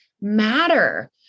matter